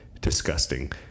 disgusting